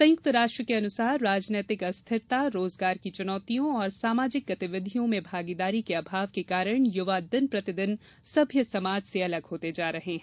संयुक्त राष्ट्र के अनुसार राजनीतिक अस्थिरता रोजगार की चुनौतियों और सामाजिक गतिविधियो में भागीदारी के अभाव के कारण युवा दिन प्रतिदिन सभ्य समाज से अलग होते जा रहे है